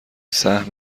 سهم